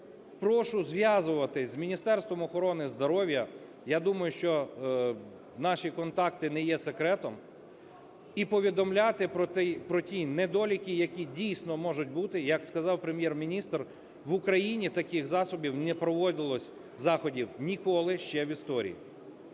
прошу зв'язуватись з Міністерством охорони здоров'я, я думаю, що наші контакти не є секретом, і повідомляти про ті недоліки, які, дійсно, можуть бути. Як сказав Прем'єр-міністр, в Україні таких засобів не проводилось, заходів, ніколи ще в історії.